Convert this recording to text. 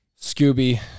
Scooby